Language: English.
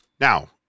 Now